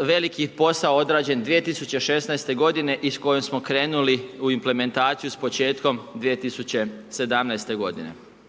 veliki posao odrađen 2016. godine i s kojom smo krenuli u implementaciju s početkom 2017. godine.